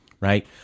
right